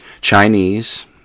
Chinese